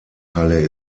halle